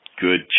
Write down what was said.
good